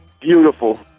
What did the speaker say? beautiful